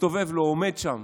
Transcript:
עומד שם